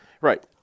right